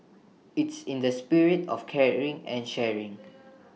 it's in the spirit of caring and sharing